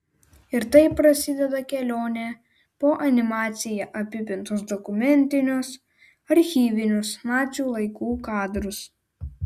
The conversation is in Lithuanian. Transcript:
ir taip prasideda kelionė po animacija apipintus dokumentinius archyvinius nacių laikų kadrus